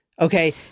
okay